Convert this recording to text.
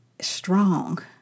strong